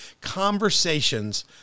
conversations